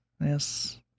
Yes